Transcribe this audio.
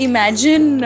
Imagine